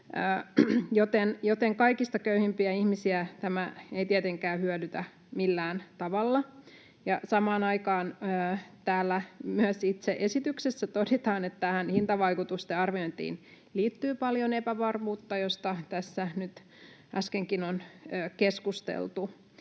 joten kaikista köyhimpiä ihmisiä tämä ei tietenkään hyödytä millään tavalla. Samaan aikaan myös täällä itse esityksessä todetaan, että tähän hintavaikutusten arviointiin liittyy paljon epävarmuutta, josta tässä nyt äskenkin on keskusteltu.